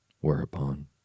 whereupon